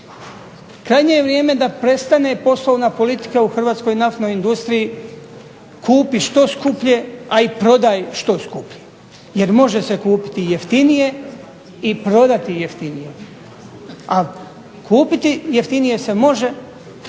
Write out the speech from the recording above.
Krajnje je vrijeme da prestane poslovna politika u hrvatskoj naftnoj industriji-kupi što skuplje, a i prodaj što skuplje, jer može se kupiti jeftinije i prodati jeftinije, a kupiti jeftinije se može